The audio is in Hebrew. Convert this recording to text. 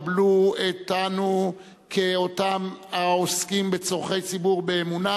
קבלו אותנו כאותם העוסקים בצורכי ציבור באמונה,